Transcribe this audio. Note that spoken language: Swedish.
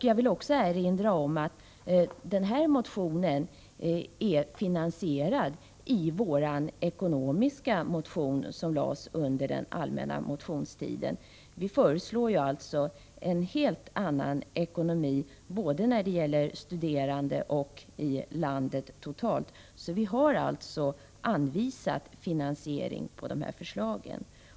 Jag vill också erinra om att vår motion är finansierad i den ekonomiska motion som vi väckte under den allmänna motionstiden. Vi föreslår alltså en helt annan ekonomi, både när det gäller studerande och när det gäller landet totalt. Vi har således anvisat finansiering av dessa förslag.